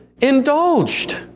indulged